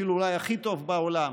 אפילו אולי הכי טוב בעולם,